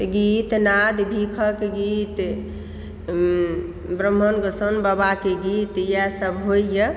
तऽ गीतनाद भीखक गीत ब्राम्हण गोसाउनि बाबाकेँ गीत इएह सब होइया